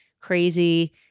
crazy